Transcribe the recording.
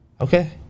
Okay